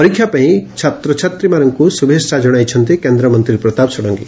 ପରୀକ୍ଷା ପାଇଁ ଛାତ୍ରଛାତ୍ରୀମାନଙ୍କ ଶ୍ରଭେଛା ଜଣାଇଛନ୍ତି କେନ୍ଦ୍ରମନ୍ତୀ ପ୍ରତାପ ଷଡଙଙୀ